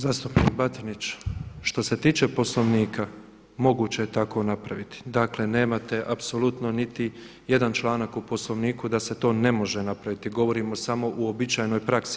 Zastupnik Batinić, što se tiče Poslovnika moguće je tako napraviti, dakle nemate apsolutno niti jedan članak u Poslovniku da se to ne može napraviti, govorimo samo o uobičajenoj praksi.